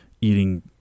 eating